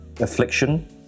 affliction